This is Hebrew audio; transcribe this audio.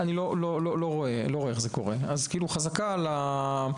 אנחנו לא נעשה פה רשימה של "התקיימו כל אלה",